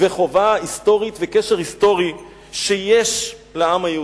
וחובה היסטורית וקשר היסטורי שיש לעם היהודי.